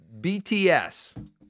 BTS